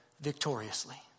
victoriously